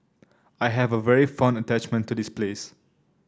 I have a very fond attachment to this place